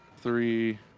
three